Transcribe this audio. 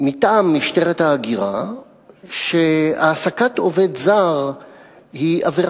מטעם משטרת ההגירה שהעסקת עובד זר היא עבירה: